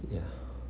ya